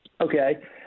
Okay